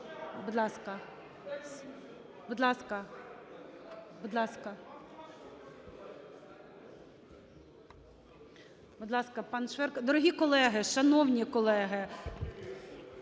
Дорогі колеги, шановні колеги,